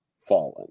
fallen